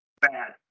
bad